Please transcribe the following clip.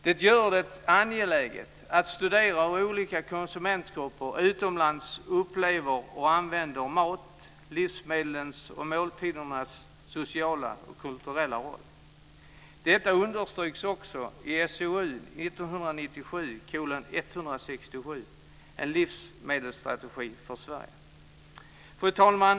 Det gör det angeläget att studera hur olika konsumentgrupper utomlands upplever och använder mat, livsmedlens och måltidernas sociala och kulturella roll. Detta understryks också i SOU 1997:167 En livsmedelsstrategi för Sverige. Fru talman!